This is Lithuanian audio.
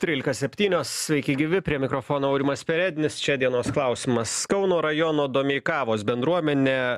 trylika septynios sveiki gyvi prie mikrofono aurimas perednis čia dienos klausimas kauno rajono domeikavos bendruomenė